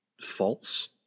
False